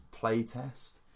Playtest